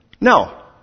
No